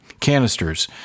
canisters